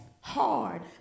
hard